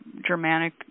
Germanic